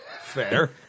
Fair